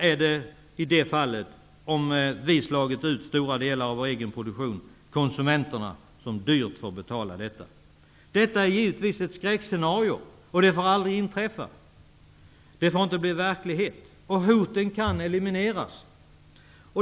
Om vi då har slagit ut stora delar av vår egen produktion blir det konsumenterna som dyrt får betala detta. Det är givetvis ett skräckscenario. Detta får aldrig inträffa. Det får inte bli verklighet. Hoten kan elimineras.